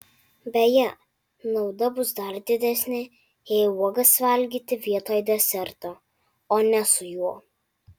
beje nauda bus dar didesnė jei uogas valgyti vietoj deserto o ne su juo